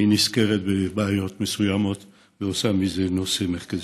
נזכרת בבעיות מסוימות ועושה מזה נושא מרכזי.